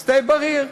שדה-בריר.